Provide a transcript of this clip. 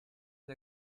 une